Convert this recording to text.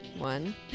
One